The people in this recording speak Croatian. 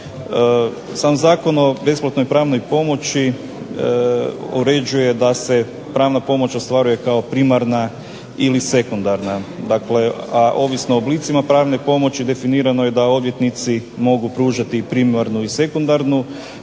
Sam Zakon o besplatnoj pravnoj pomoći uređuje da se pravna pomoć ostvaruje kao primarna ili sekundarna, dakle a ovisno o oblicima pravne pomoći definirano je da odvjetnici mogu pružati primarnu i sekundarnu